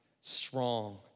strong